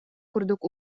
курдук